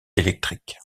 électrique